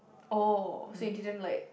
oh so you didn't like